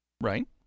Right